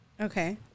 okay